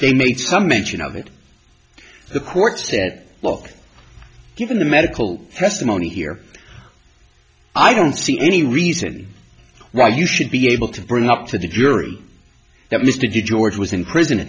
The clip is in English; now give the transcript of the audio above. they made some mention of it the courts that look given the medical testimony here i don't see any reason why you should be able to bring up to the jury that mr g george was in prison